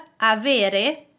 avere